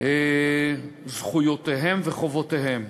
זכויותיהם וחובותיהם.